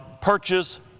purchase